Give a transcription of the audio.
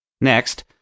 Next